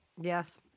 Yes